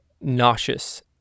nauseous